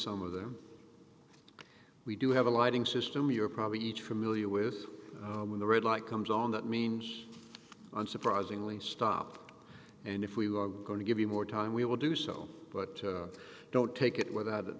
some of them we do have a lighting system you're probably each familiar with a home in the red light comes on that means unsurprisingly stop and if we are going to give you more time we will do so but don't take it without it